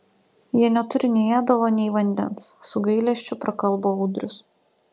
jie neturi nei ėdalo nei vandens su gailesčiu prakalbo audrius